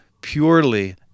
purely